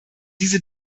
diese